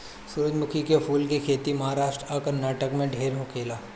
सूरजमुखी के फूल के खेती महाराष्ट्र आ कर्नाटक में ढेर होखेला